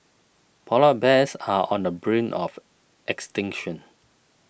Polar Bears are on the brink of extinction